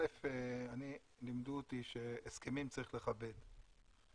אל"ף, לימדו אותי שהסכמים צריך לכבד,